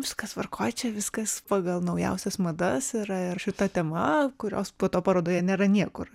viskas tvarkoj čia viskas pagal naujausias madas yra ir šita tema kurios po to parodoje nėra niekur